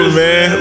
man